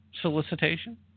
solicitation